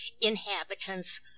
inhabitants